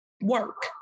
work